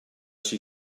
she